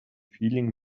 feeling